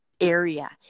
area